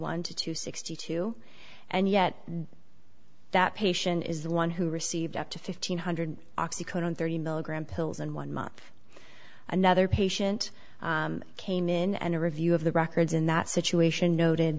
one to two sixty two and yet that patient is the one who received up to fifteen hundred oxycodone thirty milligram pills in one month another patient came in and a review of the records in that situation noted